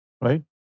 Right